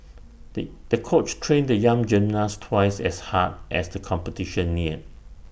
did the coach trained the young gymnast twice as hard as the competition neared